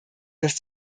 dass